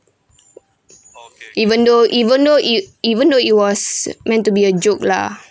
even though even though it even though it was meant to be a joke lah